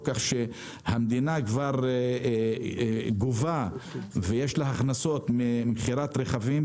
כך שהמדינה כבר גובה ויש הכנסות ממכירת רכבים,